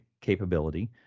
capability